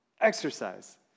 Exercise